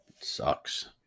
sucks